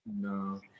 No